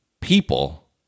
people